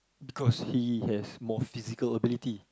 because he has more physical ability